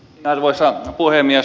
arvoisa puhemies